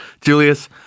Julius